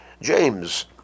James